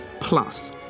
plus